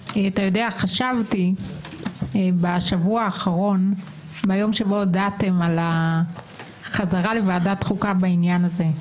חשבתי בשבוע האחרון ביום שבו הודעתם על החזרה לוועדת החוקה בעניין הזה,